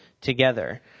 together